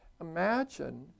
Imagine